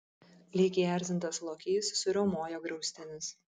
lyg įerzintas lokys suriaumojo griaustinis